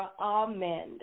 Amen